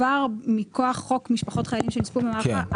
כבר מכוח חוק משפחות חיילים שנספו במערכה,